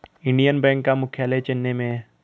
Indian Bank का मुख्यालय चेन्नई में है